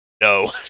No